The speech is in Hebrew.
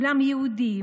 עולם יהודי,